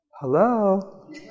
Hello